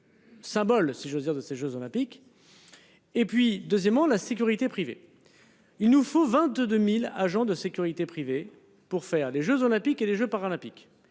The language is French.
Symbole, si j'ose dire de ces jeux olympiques. Et puis deuxièmement la sécurité privée. Il nous faut 22.000 agents de sécurité privés pour faire les Jeux olympiques et les Jeux paralympiques.